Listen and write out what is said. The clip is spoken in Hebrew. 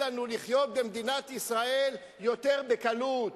לנו לחיות במדינת ישראל יותר בקלות,